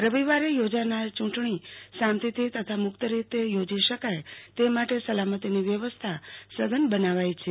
રવિવારે યોજાનાર યું વ્ણી શાંતિથી તથા મુક્તી રીતે ચોજી શકાય તે માટે સલામતીની વ્યવસ્થા સધન બનાવાઈ છે